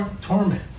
torment